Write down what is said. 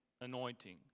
anointing